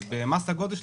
אבל במס הגודש,